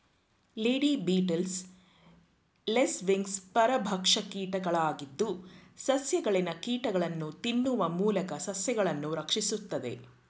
lady beetles, lacewings ಪರಭಕ್ಷ ಕೀಟಗಳಾಗಿದ್ದು, ಸಸ್ಯಗಳಲ್ಲಿನ ಕೀಟಗಳನ್ನು ತಿನ್ನುವ ಮೂಲಕ ಸಸ್ಯಗಳನ್ನು ರಕ್ಷಿಸುತ್ತದೆ